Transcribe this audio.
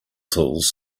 tools